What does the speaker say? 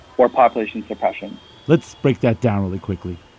or population suppression let's break that down really quickly.